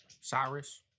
Cyrus